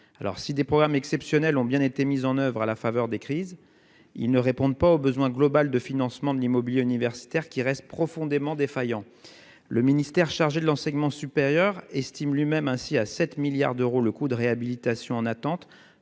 Si des programmes exceptionnels ont bien été mis en oeuvre à la faveur des crises, ils ne répondent pas au besoin global de financement de l'immobilier universitaire, ce financement demeurant profondément défaillant. Le ministère chargé de l'enseignement supérieur estime à 7 milliards d'euros le coût des réhabilitations en attente,